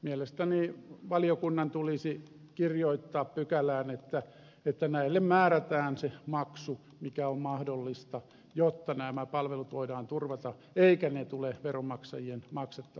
mielestäni valiokunnan tulisi kirjoittaa pykälään että näille määrätään se maksu mikä on mahdollista jotta nämä palvelut voidaan turvata eivätkä ne tule veronmaksajien maksettavaksi